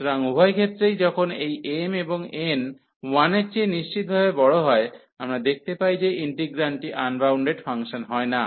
সুতরাং উভয় ক্ষেত্রেই যখন এই m এবং n 1 এর চেয়ে নিশ্চিতভাবে বড় হয় আমরা দেখতে পাই যে ইন্টিগ্রান্ডটি আনবাউন্ডেড ফাংশন হয় না